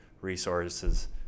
resources